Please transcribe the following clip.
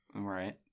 right